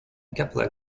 capella